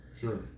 Sure